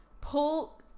pull